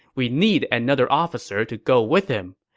we need another officer to go with him.